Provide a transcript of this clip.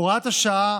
הוראת השעה